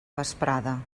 vesprada